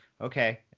okay